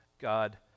God